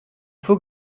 faut